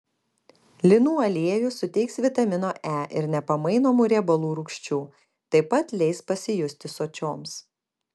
linų aliejus suteiks vitamino e ir nepamainomų riebalų rūgščių taip pat leis pasijusti sočioms